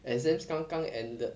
exams 刚刚 ended